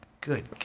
Good